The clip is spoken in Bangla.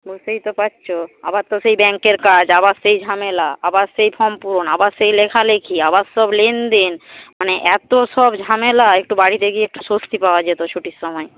বুঝতেই তো পারছ আবার তো সেই ব্যাংকের কাজ আবার সেই ঝামেলা আবার সেই ফর্ম পূরণ আবার সেই লেখালেখি আবার সব লেনদেন মানে এতসব ঝামেলা একটু বাড়িতে গিয়ে একটু স্বস্তি পাওয়া যেত ছুটির সময়ে